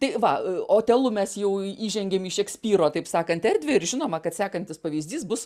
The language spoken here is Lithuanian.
tai va otelu mes jau įžengėm į šekspyro taip sakant erdvę ir žinoma kad sekantis pavyzdys bus